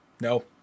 No